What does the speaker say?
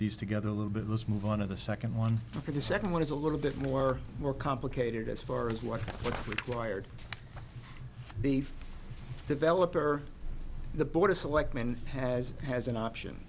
these together a little bit let's move on to the second one or the second one is a little bit more more complicated as far as what wired beef developer the board of selectmen has as an option